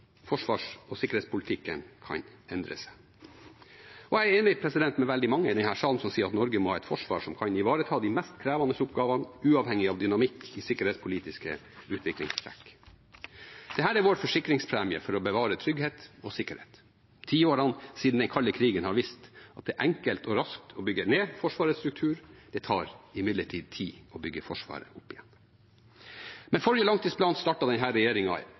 forsvars- og sikkerhetspolitikken kan endre seg. Jeg er enig med veldig mange i denne sal som sier at Norge må ha et forsvar som kan ivareta de mest krevende oppgavene uavhengig av dynamikken i de sikkerhetspolitiske utviklingstrekkene. Dette er vår forsikringspremie for å bevare trygghet og sikkerhet. Tiårene siden den kalde krigen har vist at det er enkelt og raskt å bygge ned Forsvarets struktur. Det tar imidlertid tid å bygge Forsvaret opp igjen. Med den forrige